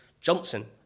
Johnson